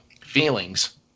feelings